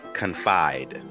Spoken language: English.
confide